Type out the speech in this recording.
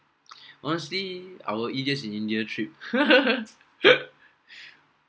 honesty I was idiot in india trip